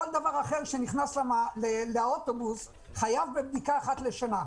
כל דבר אחר שנכנס לאוטובוס חייב בבדיקה אחת לשנה.